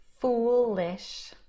foolish